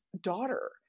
daughter